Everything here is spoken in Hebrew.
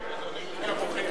מרוויחים פעמיים.